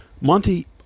Monty